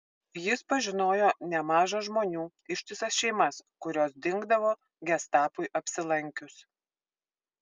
jis pažinojo nemaža žmonių ištisas šeimas kurios dingdavo gestapui apsilankius